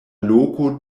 loko